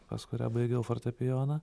pas kurią baigiau fortepijoną